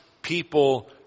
people